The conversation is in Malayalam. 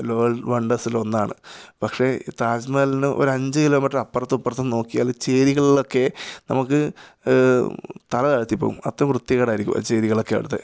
വേൾഡ് വണ്ടേര്സിലൊന്നാണ് പക്ഷെ ഈ താജ്മഹലിന് ഒരഞ്ചു കിലോ മീറ്ററപ്പുറത്തും ഇപ്പുറത്തും നോക്കിയാൽ ചേരികളിലൊക്കെ നമുക്ക് തലതാഴ്ത്തിപ്പോകും അത്ര വൃത്തികേടായിരിക്കും ആ ചേരികളൊക്കെ അവിടുത്തെ